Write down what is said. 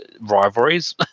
rivalries